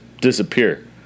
disappear